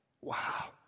Wow